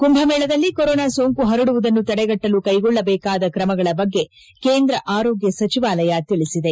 ಕುಂಭಮೇಳದಲ್ಲಿ ಕೊರೊನಾ ಸೋಂಕು ಪರಡುವುದನ್ನು ತಡೆಗಟ್ಟಲು ಕೈಗೊಳ್ಳಬೇಕಾದ ತ್ರಮಗಳ ಬಗ್ಗೆ ಕೇಂದ್ರ ಆರೋಗ್ಯ ಸಚಿವಾಲಯ ತಿಳಿಸಿದೆ